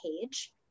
page